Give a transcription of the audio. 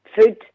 food